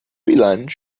feline